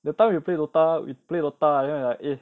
the time you play dota you play dota then I like eh